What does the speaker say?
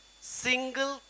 single